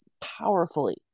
powerfully